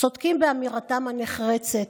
צודקים באמירתם הנחרצת: